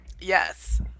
yes